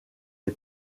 les